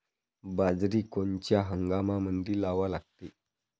बाजरी कोनच्या हंगामामंदी लावा लागते?